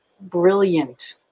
brilliant